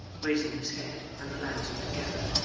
raising his head and the lantern together.